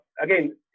again